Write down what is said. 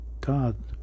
God